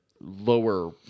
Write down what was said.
lower